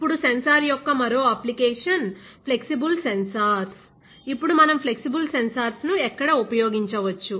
ఇప్పుడు సెన్సార్ యొక్క మరో అప్లికేషన్ ఫ్లెక్సిబుల్ సెన్సార్స్ ఇప్పుడు మనం ఫ్లెక్సిబుల్ సెన్సార్స్ ను ఎక్కడ ఉపయోగించవచ్చు